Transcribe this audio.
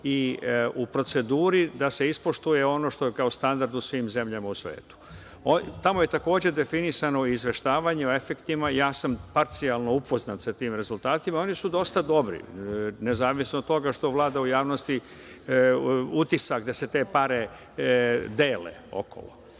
i u proceduri da se ispoštuje ono što je kao standard u svim zemljama u svetu. Tamo je takođe definisano i izveštavanje o efektima. Ja sam parcijalno upoznat sa tim rezultatima i oni su dosta dobri, nezavisno od toga što vlada u javnosti utisak da se te pare dele okolo.